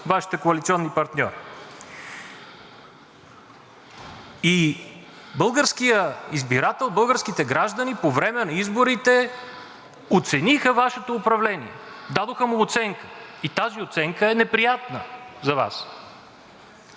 Вашите коалиционни партньори. Българският избирател и българските граждани по време на изборите оцениха Вашето управление, дадоха му оценка и тази оценка е неприятна за Вас.